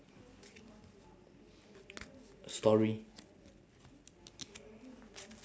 story